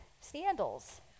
sandals